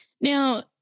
Now